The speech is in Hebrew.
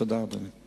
תודה, אדוני.